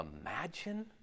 imagine